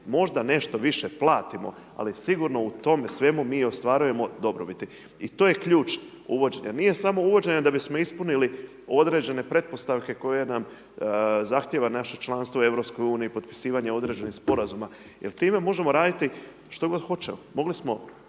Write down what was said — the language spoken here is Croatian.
možda nešto više platimo ali sigurno u tome svemu mi ostvarujemo dobrobiti. I to je ključ uvođenja. Nije samo uvođenje da bismo ispunili određene pretpostavke koje nam zahtjeva naše članstvo u EU, potpisivanje određenih sporazuma jer time možemo raditi što god hoćemo. Mogli smo